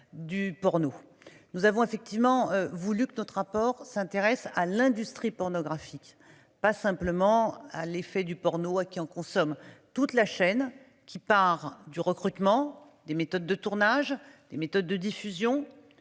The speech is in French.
du pour nous, nous avons effectivement voulu que notre rapport s'intéresse à l'industrie pornographique, pas simplement à l'effet du porno à qui en consomment toute la chaîne qui part du recrutement des méthodes de tournage des méthodes de diffusion,